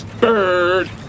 Bird